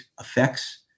effects